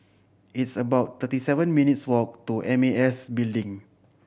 it's about thirty seven minutes' walk to M A S Building